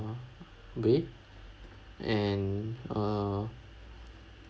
way and uh